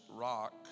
rock